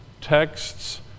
texts